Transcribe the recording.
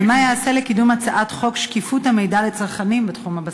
2. מה ייעשה לקידום הצעת חוק שקיפות המידע לצרכנים בתחום הבשר?